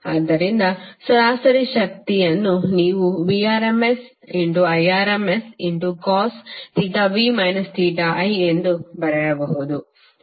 ಆದ್ದರಿಂದ ಸರಾಸರಿ ಶಕ್ತಿಯನ್ನು ನೀವು Vrms Irmscosv iಎಂದು ಬರೆಯಬಹುದು